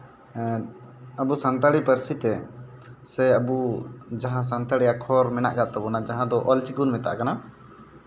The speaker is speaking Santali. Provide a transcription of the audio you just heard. ᱟᱵᱚ ᱥᱟᱱᱛᱟᱲᱤ ᱯᱟᱹᱨᱥᱤ ᱛᱮ ᱥᱮ ᱟᱵᱚ ᱡᱟᱦᱟᱸ ᱥᱟᱱᱛᱟᱲᱤ ᱟᱠᱷᱚᱨ ᱢᱮᱱᱟᱜ ᱠᱟᱜ ᱛᱟᱵᱚᱱᱟ ᱡᱟᱦᱟᱸ ᱫᱚ ᱚᱞ ᱪᱤᱠᱤ ᱵᱚᱱ ᱢᱮᱛᱟᱜ ᱠᱟᱱᱟ